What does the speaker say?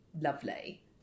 Lovely